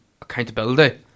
accountability